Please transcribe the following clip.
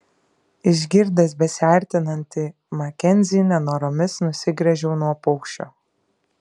išgirdęs besiartinantį makenzį nenoromis nusigręžiau nuo paukščio